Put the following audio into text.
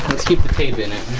let's keep the tape in it